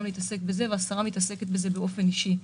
השרה מתעסקת בזה באופן אישי.